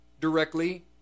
directly